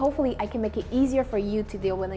hopefully i can make it easier for you to deal with